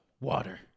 water